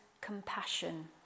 compassion